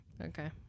Okay